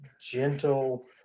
gentle